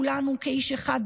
כולנו כאיש אחד,